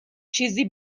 چیزی